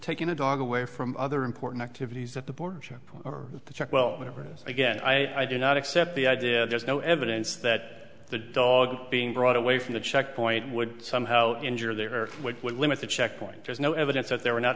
taking the dog away from other important activities that the board ship or the truck well whatever again i i do not accept the idea there's no evidence that the dog being brought away from the checkpoint would somehow injure the earth which would limit the checkpoint there's no evidence that there were not